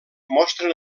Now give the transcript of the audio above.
mostren